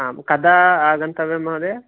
आम् कदा आगन्तव्यं महोदयः